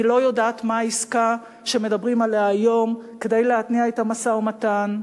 אני לא יודעת מה העסקה שמדברים עליה היום כדי להתניע את המשא-ומתן,